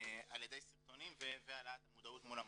על ידי סרטונים והעלאת המודעות מול המוסדות.